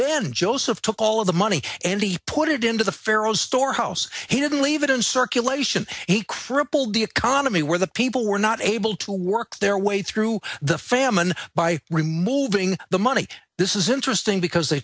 then joseph took all of the money and he put it into the pharaoh storehouse he didn't leave it in circulation a crippled the economy where the people were not able to work their way through the famine by removing the money this is interesting because they